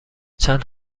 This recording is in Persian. چند